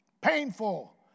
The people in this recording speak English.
painful